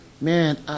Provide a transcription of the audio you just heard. Man